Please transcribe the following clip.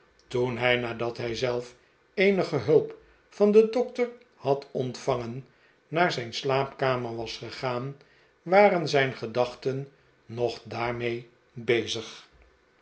toen hij nadat hij zelf eenige hulp van den dokter had ontvangen naar zijn slaapkamer was gegaan waren zijn gedachten nog daarmee bezig